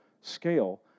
scale